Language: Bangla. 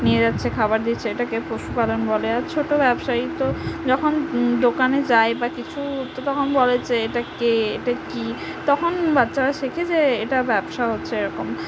নিয়ে যাচ্ছে খাবার দিচ্ছে এটাকে পশুপালন বলে আর ছোটোব্যবসায়ী তো যখন দোকানে যায় বা কিছু তো তখন বলে যে এটা কে এটা কি তখন বাচ্চারা শেখে যে এটা ব্যবসা হচ্ছে এরকম